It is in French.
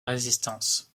résistance